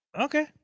okay